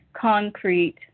concrete